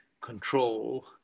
control